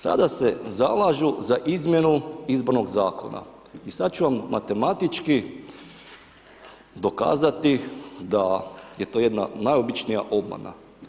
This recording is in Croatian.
Sada se zalažu za izmjenu izbornog zakona, i sad ću vam matematički dokazati da je to jedna najobičnija obmana.